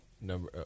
number